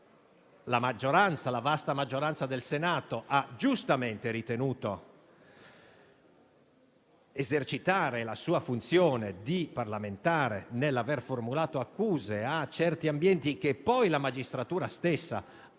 Mirabelli, la vasta maggioranza del Senato ha giustamente ritenuto esercitare la sua funzione di parlamentare nell'aver formulato accuse a certi ambienti che poi la magistratura stessa ha